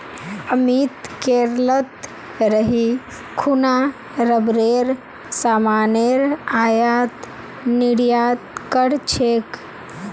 अमित केरलत रही खूना रबरेर सामानेर आयात निर्यात कर छेक